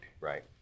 right